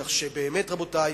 כך שבאמת, רבותי,